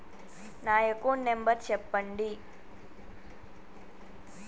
నా account number చెప్పండి?